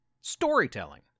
storytelling